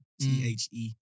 T-H-E